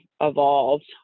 evolved